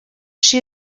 she